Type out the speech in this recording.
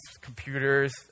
computers